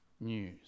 news